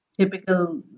typical